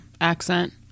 accent